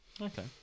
Okay